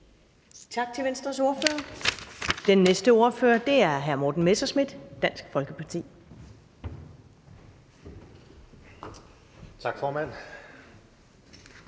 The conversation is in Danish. Tak til Venstres ordfører. Den næste ordfører er hr. Morten Messerschmidt, Dansk Folkeparti. Kl.